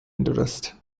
interest